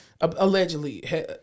allegedly